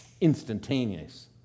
instantaneous